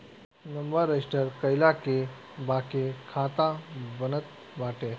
number register कईला के बाके खाता बनत बाटे